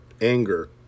Anger